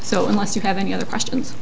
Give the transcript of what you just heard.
so unless you have any other questions